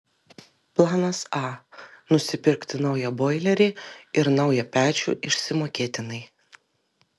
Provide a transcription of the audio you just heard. planas a nusipirkti naują boilerį ir naują pečių išsimokėtinai